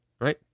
right